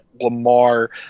Lamar